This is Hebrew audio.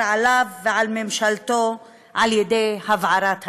עליו ועל ממשלתו על ידי הבערת האזור.